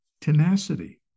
tenacity